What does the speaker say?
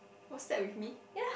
was that with me